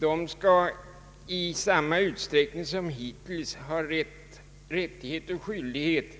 De skall i samma utsträckning som hittills ha rättighet och skyldighet